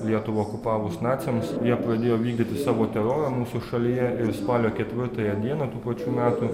lietuvą okupavus naciams jie pradėjo vykdyti savo terorą mūsų šalyje ir spalio ketvirtąją dieną tų pačių metų